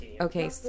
okay